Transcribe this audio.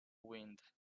wind